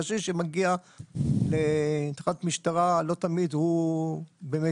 קשיש שמגיע לתחנת משטרה לא תמיד במיטבו,